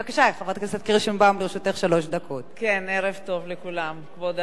ערב טוב לכולם, כבוד ראש הממשלה, שרים, חברי כנסת,